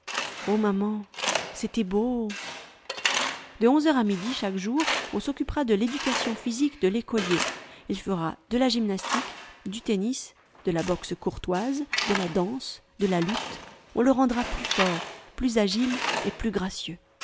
oh maman c'était beau de onze heures à midi chaque jour on s'occupera de l'éducation physique de l'écolier il fera de la gymnastique du tennis de la boxe courtoise de la danse de la lutte on le rendra plus fort plus agile et plus gracieux